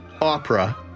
opera